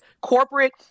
corporate